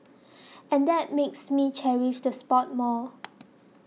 and that makes me cherish the spot more